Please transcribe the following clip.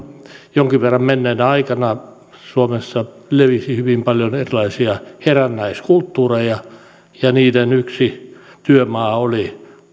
jonkin verran menneenä aikana suomessa levisi hyvin paljon erilaisia herännäiskulttuureja ja ja niiden yksi työmaa oli